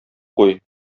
куй